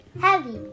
Heavy